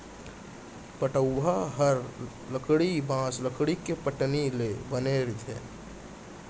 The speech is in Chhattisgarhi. पटउहॉं हर लकड़ी, बॉंस, लकड़ी के पटनी ले बने रथे